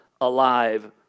Alive